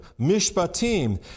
Mishpatim